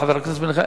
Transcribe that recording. חבר הכנסת בן-ארי.